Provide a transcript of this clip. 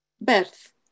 birth